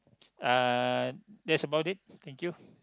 uh that's about it thank you